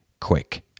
quick